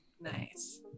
nice